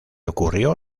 ocurrió